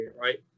right